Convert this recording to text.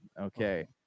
okay